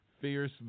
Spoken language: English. fierce